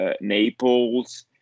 Naples